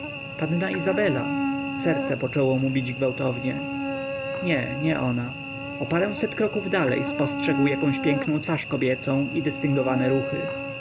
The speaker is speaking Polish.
panna izabela serce poczęło mu bić gwałtownie nie nie ona o paręset kroków dalej spostrzegł jakąś piękną twarz kobiecą i dystyngowane ruchy